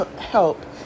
help